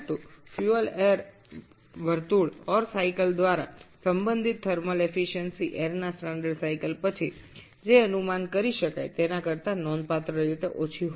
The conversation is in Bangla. তবে ফুয়েল এয়ার চক্রের সাথে সম্পর্কিত তাপ দক্ষতা এয়ার স্ট্যান্ডার্ড চক্রের তুলনায় উল্লেখযোগ্যভাবে কম হয়